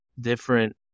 different